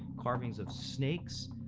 carvings of snakes,